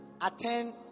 attend